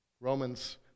Romans